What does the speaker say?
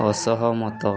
ଅସହମତ